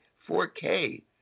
4k